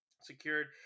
secured